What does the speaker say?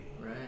Right